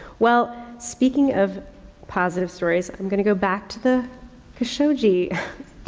well, speaking of positive stories, i'm going to go back to the khashoggi